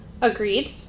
Agreed